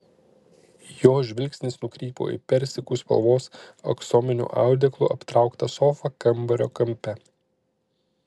jo žvilgsnis nukrypo į persikų spalvos aksominiu audeklu aptrauktą sofą kambario kampe